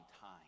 time